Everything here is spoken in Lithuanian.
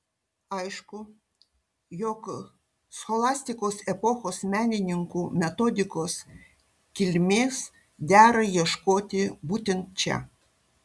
aišku jog scholastikos epochos menininkų metodikos kilmės dera ieškoti būtent čia